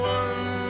one